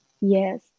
Yes